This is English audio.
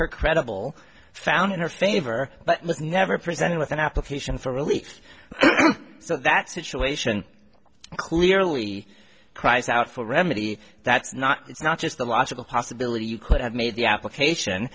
her credible found in her favor but never presented with an application for relief so that situation clearly cries out for remedy that's not it's not just the logical possibility you could have made the application